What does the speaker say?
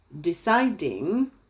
deciding